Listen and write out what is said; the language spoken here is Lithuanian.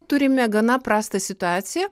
turime gana prastą situaciją